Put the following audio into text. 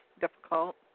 difficult